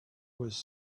was